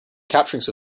capturing